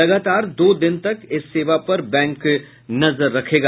लगातार दो दिन तक इस सेवा पर बैंक नजर रखेगा